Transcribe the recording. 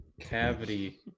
cavity